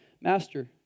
Master